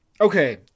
okay